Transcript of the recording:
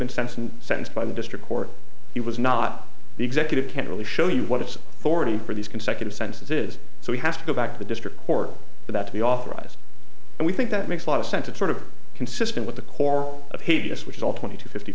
and sentence by the district court he was not the executive can't really show you what it's forty for these consecutive sentences so he has to go back to the district court for that to be authorized and we think that makes a lot of sense it sort of consistent with the core of hideous which is all twenty two fifty